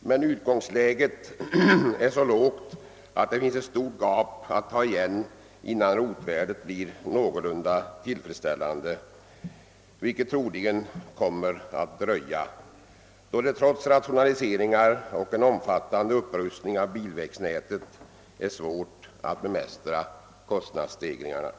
Men utgångsläget är så lågt, att det finns ett stort gap att ta igen innan rotvärdet blir någorlunda tillfredsställande. Detta kommer troligen att dröja, eftersom det trots rationaliseringar och en omfattande upprustning av bilvägnätet är svårt att bemästra kostnadsstegringarna.